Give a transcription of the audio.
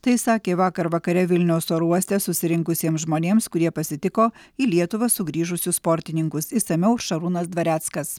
tai sakė vakar vakare vilniaus oro uoste susirinkusiems žmonėms kurie pasitiko į lietuvą sugrįžusius sportininkus išsamiau šarūnas dvareckas